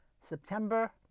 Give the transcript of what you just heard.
September